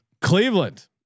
Cleveland